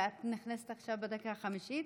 ואת נכנסת עכשיו לדקה החמישית,